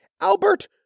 Albert